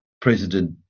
President